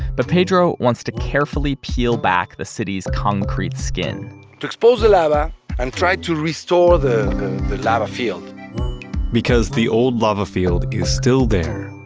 but pedro wants to carefully peel back the city's concrete skin to expose the lava and try to restore the the lava field because the old lava field is still there,